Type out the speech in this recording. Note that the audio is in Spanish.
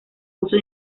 uso